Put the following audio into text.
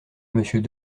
monsieur